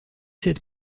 sept